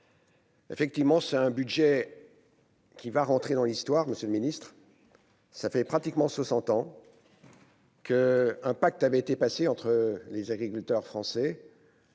Effectivement, c'est un budget qui va rentrer dans l'histoire, Monsieur le Ministre, ça fait pratiquement 60 ans. Que un pacte avait été passé entre les agriculteurs français. Et la nation